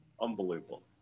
Unbelievable